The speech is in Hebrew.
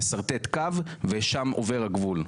תשרטט קו ושם עובר הגבול.